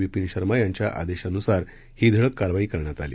विपिन शर्मा यांच्या आदेशानुसार ही धडक कारवाई करण्यात आली